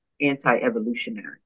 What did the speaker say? anti-evolutionary